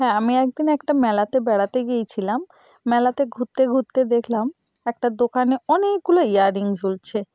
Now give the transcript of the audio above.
হ্যাঁ আমি একদিন একটা মেলাতে বেড়াতে গিয়েছিলাম মেলাতে ঘুরতে ঘুরতে দেখলাম একটা দোকানে অনেকগুলো ইয়াররিং ঝুলছে